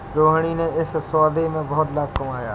रोहिणी ने इस सौदे में बहुत लाभ कमाया